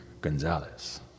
Gonzalez